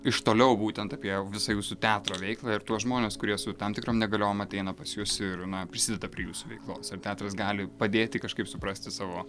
iš toliau būtent apie visą jūsų teatro veiklą ir tuos žmones kurie su tam tikrom negaliom ateina pas jus ir na prisideda prie jūsų veiklos ar teatras gali padėti kažkaip suprasti savo